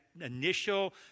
initial